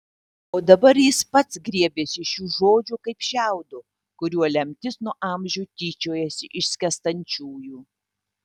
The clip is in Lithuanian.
o dabar jis pats griebėsi šių žodžių kaip šiaudo kuriuo lemtis nuo amžių tyčiojasi iš skęstančiųjų